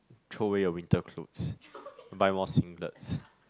throw away your winter clothes buy more singlets